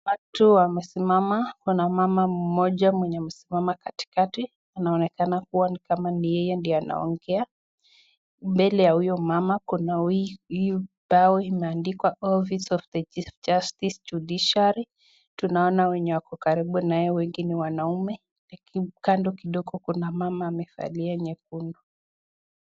Watu wamesimama, kuna mama mmoja mwenye amesimama katikati, anaonekana kuwa ni kama ni yeye ndo anaongea. Mbele ya huyo mama kuna hii ubao imeandikwa Office of the chief justice judiciary ,tunaona wenye wako karibu na yeye wengi ni wanaume, kando kidogo kuna mama amevalia nyekundu.